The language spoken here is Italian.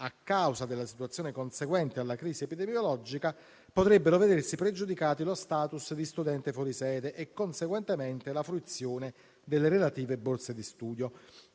a causa della situazione conseguente alla crisi epidemiologica, potrebbero vedersi pregiudicato lo *status* di studente fuori sede e, conseguentemente, la fruizione delle relative borse di studio.